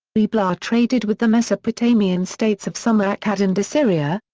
ebla traded with the mesopotamian states of sumer akkad and assyria,